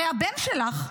הרי הבן שלך,